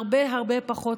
הרבה הרבה פחות,